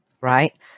right